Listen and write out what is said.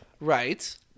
right